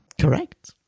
Correct